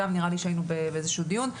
גם נראה לי שהיינו באיזשהו דיון,